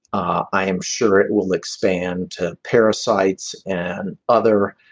i am sure it will expand to parasites and other